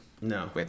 No